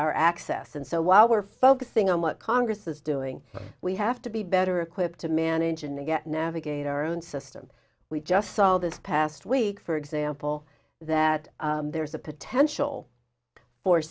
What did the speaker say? our access and so while we're focusing on what congress is doing we have to be better equipped to manage and to get navigate our own system we just saw this past week for example that there's a potential for